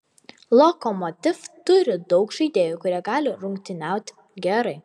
lokomotiv turi daug žaidėjų kurie gali rungtyniauti gerai